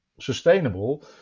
sustainable